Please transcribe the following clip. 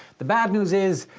the bad news is,